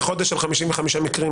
11 חודשים על 55 מקרים.